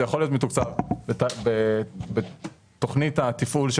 זה יכול להיות מתוקצב בתכנית התפעול של